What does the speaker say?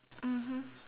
mmhmm